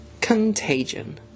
contagion